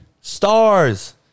Stars